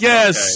Yes